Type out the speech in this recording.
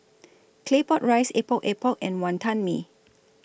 Claypot Rice Epok Epok and Wantan Mee